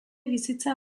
bizitza